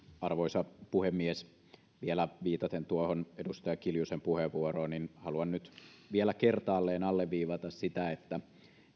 arvoisa puhemies vielä viitaten tuohon edustaja kiljusen puheenvuoroon haluan nyt vielä kertaalleen alleviivata että